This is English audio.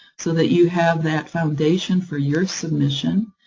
so that you have that foundation for your submission.